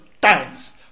times